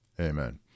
Amen